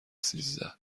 سیزده